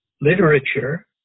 literature